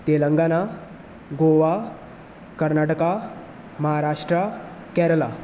Telangana Goa Karnataka Maharashtra Kerala